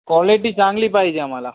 quality चांगली पाहिजे आम्हाला